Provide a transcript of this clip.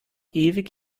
ewig